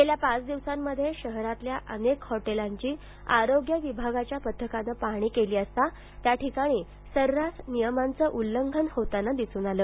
गेल्या पाच दिवसांमध्ये शहरातल्या अनेक हॉटेलांची आरोग्य विभागाच्या पथकानं पाहणी केली असता त्या ठिकाणी सर्रास नियमांचे उल्लंघन होताना दिसून आले